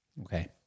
Okay